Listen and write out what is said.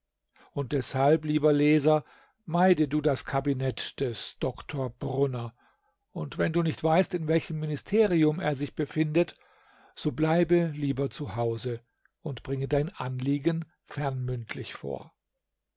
und deshalb lieber leser meide du das kabinett des dr brunner und wenn du nicht weißt in welchem ministerium er sich befindet so bleibe lieber zu hause und bringe dein anliegen fernmündlich vor